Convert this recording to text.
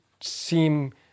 seem